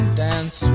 dance